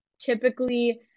Typically